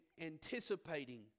anticipating